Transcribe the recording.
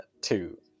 Two